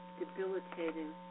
debilitating